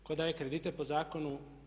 Tko daje kredite po zakonu?